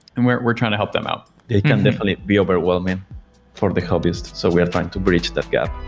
and we're we're trying to help them out. they can definitely be overwhelming for the hobbyist, so we're trying to breach that gap